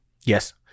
Yes